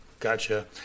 Gotcha